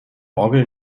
orgel